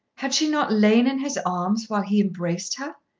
had she not lain in his arms while he embraced her?